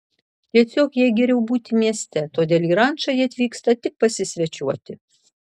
tiesiog jai geriau būti mieste todėl į rančą ji atvyksta tik pasisvečiuoti